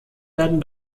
werden